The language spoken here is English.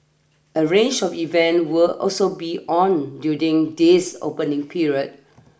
a range of event will also be on during this opening period